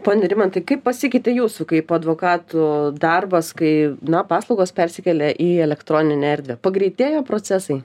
pone rimantai kaip pasikeitė jūsų kaip advokatų darbas kai na paslaugos persikėlė į elektroninę erdvę pagreitėjo procesai